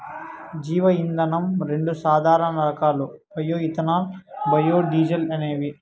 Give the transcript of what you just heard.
జీవ ఇంధనం రెండు సాధారణ రకాలు బయో ఇథనాల్, బయోడీజల్ అనేవి